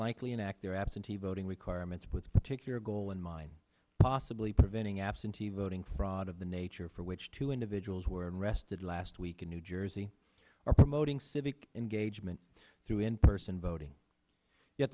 likely enact their absentee voting requirements with particular goal in mind possibly preventing absentee voting fraud of the nature for which two individuals were arrested last week in new jersey or promoting civic engagement through in person voting y